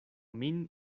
min